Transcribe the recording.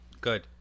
Good